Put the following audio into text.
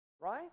Right